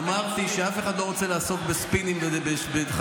אמרתי שאף אחד לא רוצה לעסוק בספינים ובחצאי